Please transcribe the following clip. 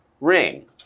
ring